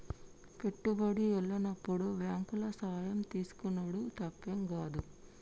పెట్టుబడి ఎల్లనప్పుడు బాంకుల సాయం తీసుకునుడు తప్పేం గాదు